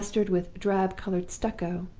plastered with drab-colored stucco,